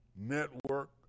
Network